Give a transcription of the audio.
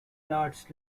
darts